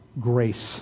grace